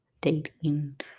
dating